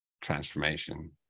transformation